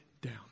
down